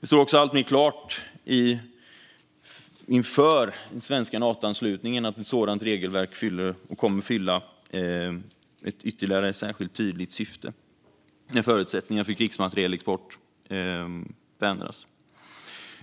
Det står också alltmer klart inför den svenska Natoanslutningen att ett sådant regelverk kommer att fylla ett ytterligare och särskilt tydligt syfte när förutsättningarna för krigsmaterielexport förändras.